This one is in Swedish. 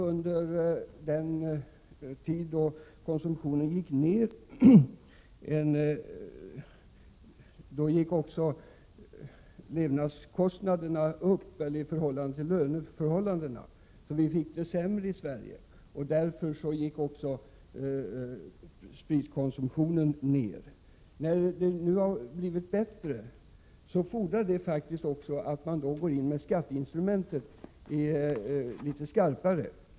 Under den tid då alkoholkonsumtionen sjönk upplevde vi en ökning av levnadskostnaderna i förhållande till lönerna. Vi i Sverige fick det alltså sämre och därför sjönk spritkonsumtionen. Nu, när vi har fått det bättre, fordras det faktiskt att man med hjälp av skatteinstrumentet går ut litet hårdare.